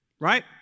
right